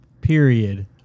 period